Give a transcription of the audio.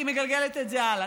היא מגלגלת את זה הלאה,